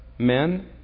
Men